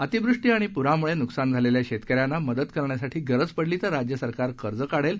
अतिवृष्टी आणि पूरामूळे नुकसान झालेल्या शेतकऱ्यांना मदत करण्यासाठी गरज पडली तर राज्य सरकार कर्ज काढेल